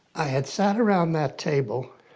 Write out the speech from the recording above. i had sat around that table